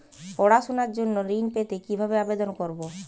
পড়াশুনা জন্য ঋণ পেতে কিভাবে আবেদন করব?